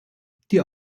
die